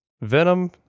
Venom